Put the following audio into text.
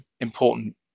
important